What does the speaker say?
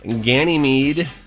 Ganymede